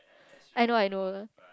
I know I know